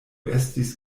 estis